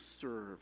serve